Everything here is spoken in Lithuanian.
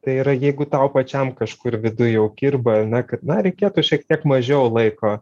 tai yra jeigu tau pačiam kažkur viduj jau kirba na kad na reikėtų šiek tiek mažiau laiko